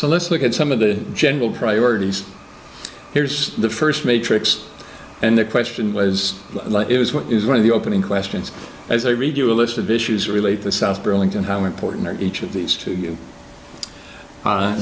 so let's look at some of the general priorities here's the first matrix and the question was is what is one of the opening questions as i read you a list of issues relate the south burlington how important each of these two